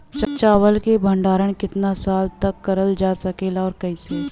चावल क भण्डारण कितना साल तक करल जा सकेला और कइसे?